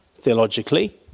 theologically